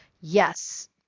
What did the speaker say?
Yes